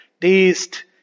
taste